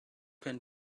can